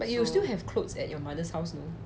but you still have clothes at your mother's house you know